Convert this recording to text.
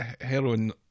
heroin